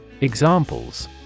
Examples